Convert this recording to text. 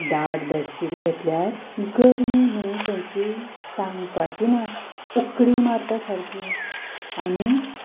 दाट बेडशीट घेतल्यार गर्मी म्हूण खंयची सांगपाची ना उकडी मारता सारकी आनी